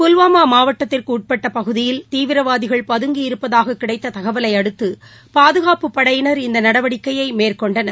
புல்வாமா மாவட்டத்திற்கு உட்பட்டப் பகுதியில் தீவிரவாதிகள் பதங்கி இருப்பதாகக் கிடைத்த தகவலை அடுத்து பாதுகாப்புப் படையினர் இந்த நடவடிக்கையை மேற்கொண்டனர்